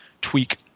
tweak